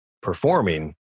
performing